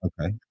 Okay